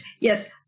Yes